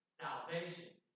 salvation